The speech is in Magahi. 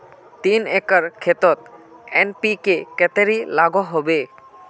तीन एकर खेतोत एन.पी.के कतेरी लागोहो होबे?